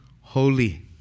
holy